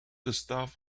gustav